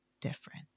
different